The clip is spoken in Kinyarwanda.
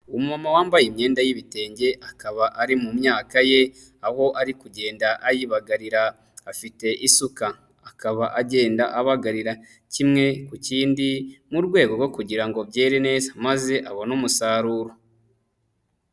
Umumama wambaye imyenda y'ibitenge akaba ari mu myaka ye aho ari kugenda ayibagarira, afite isuka akaba agenda abagarira kimwe ku kindi mu rwego rwo kugira ngo byere neza maze abone umusaruro.